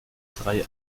drei